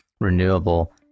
renewable